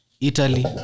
Italy